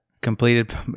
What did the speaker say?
completed